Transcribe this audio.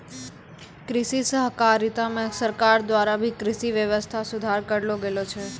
कृषि सहकारिता मे सरकार द्वारा भी कृषि वेवस्था सुधार करलो गेलो छै